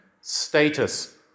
status